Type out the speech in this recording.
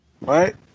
right